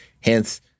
hence